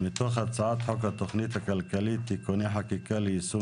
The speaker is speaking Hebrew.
מתוך הצעת חוק התכנית הכלכלית (תיקוני חקיקה ליישום